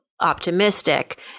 optimistic